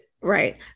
right